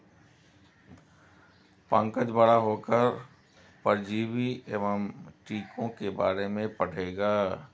पंकज बड़ा होकर परजीवी एवं टीकों के बारे में पढ़ेगा